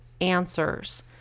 answers